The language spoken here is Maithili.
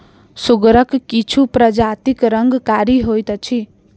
सुगरक किछु प्रजातिक रंग कारी होइत अछि